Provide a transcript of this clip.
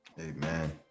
Amen